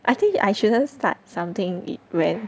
I think I shouldn't start something when